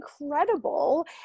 incredible